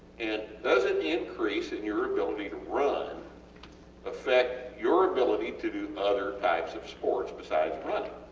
and does it increase in your ability to run affect your ability to do other types of sports besides running?